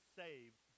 saved